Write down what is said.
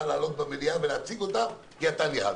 לעלות במליאה ולהציג אותם כי אתה ניהלת.